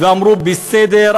ואמרו: בסדר,